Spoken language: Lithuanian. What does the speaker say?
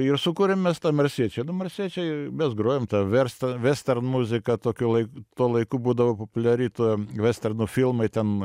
ir sukūrėm mes tą marsiečiai marsiečiai mes grojom ten verstą western muziką tokiu lai tuo laiku būdavo populiari ta vesterno filmai ten